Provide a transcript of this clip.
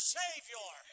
savior